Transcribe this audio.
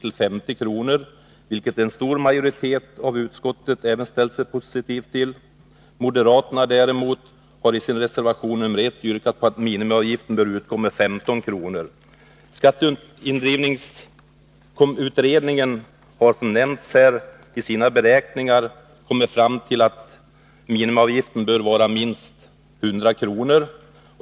till 50 kr., vilket en stor majoritet av utskottet även ställt sig positiv till. Moderaterna däremot har i sin reservation nr 1 yrkat att minimiavgiften bör vara 15 kr. Skatteindrivningsutredningen har i sina beräkningar kommit fram till att minimiavgiften bör vara minst 100 kr.